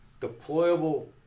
deployable